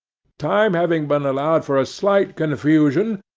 time having been allowed for a slight confusion,